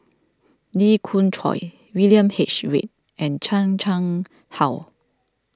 Lee Khoon Choy William H Read and Chan Chang How